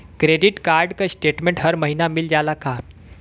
Credit card क statement हर महिना मिल जाला का?